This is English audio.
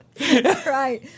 Right